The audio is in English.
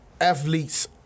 athletes